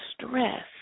stress